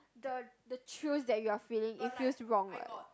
the the choose that you are feeling it feels wrong what